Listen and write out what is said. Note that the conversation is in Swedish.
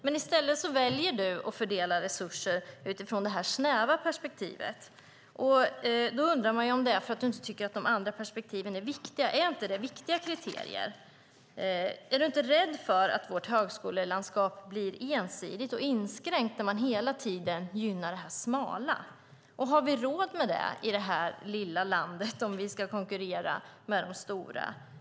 Men i stället väljer du att fördela resurser utifrån det snäva perspektivet. Då undrar man om det är för att du inte tycker att de andra perspektiven är viktiga. Är det inte viktiga kriterier? Är du inte rädd för att vårt högskolelandskap blir ensidigt och inskränkt när man hela tiden gynnar det smala? Har vi råd med det i det här lilla landet, om vi ska konkurrera med de stora?